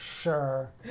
Sure